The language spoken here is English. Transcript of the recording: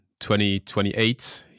2028